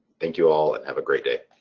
thank you all and have a great day.